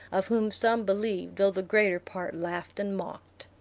of whom some believed, though the greater part laughed and mocked.